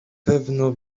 pewno